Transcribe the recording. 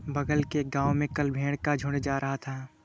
बगल के गांव में कल भेड़ का झुंड जा रहा था